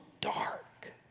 dark